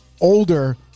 older